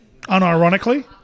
unironically